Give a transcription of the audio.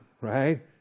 right